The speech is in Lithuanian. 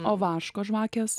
vaško žvakės